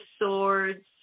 swords